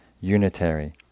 unitary